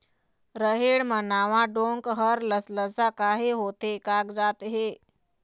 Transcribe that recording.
रहेड़ म नावा डोंक हर लसलसा काहे होथे कागजात हे?